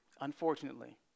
Unfortunately